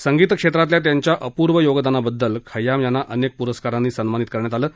संगीत क्षेत्रातल्या त्यांच्या अपूर्व योगदानाबद्दल खय्याम यांना अनेक प्रस्कारांनी सन्मानित करण्यात आलं आहे